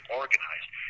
organized